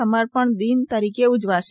સમર્પણ દિન તરીકે ઉજવશે